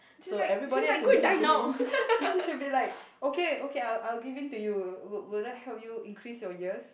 so everybody have to listen to me she she should be like okay okay I'll I'll give in to you will will that help you increase your years